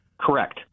Correct